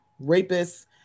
rapists